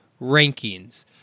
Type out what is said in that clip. Rankings